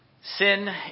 Sin